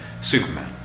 Superman